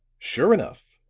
sure enough,